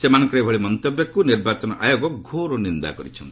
ସେମାନଙ୍କର ଏଭଳି ମନ୍ତବ୍ୟକୁ ନିର୍ବାଚନ ଆୟୋଗ ଘୋର ନିନ୍ଦା କରିଛନ୍ତି